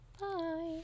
Bye